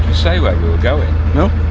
say where we were going? no.